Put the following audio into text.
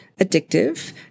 addictive